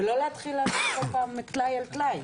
ולא להתחיל לעשות כל פעם טלאי על טלאי.